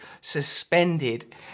suspended